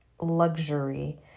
luxury